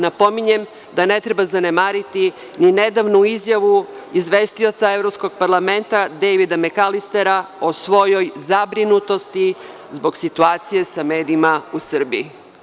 Napominjem da ne treba zanemariti ni nedavnu izjavu izvestioca Evropskog parlamenta Dejvida Mekalistera, o svojoj zabrinutosti zbog situacije sa medijima u Srbiji.